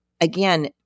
again